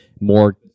more